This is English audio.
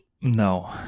no